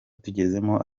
tugezemo